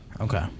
Okay